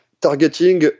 targeting